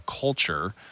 culture